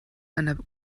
einer